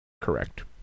correct